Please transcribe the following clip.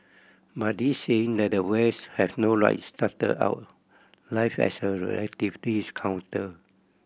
but this saying that the West has no right started out life as a counter